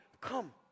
come